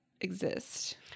exist